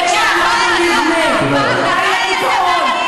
יש לכם מנהיג שיכול לעשות מהפך?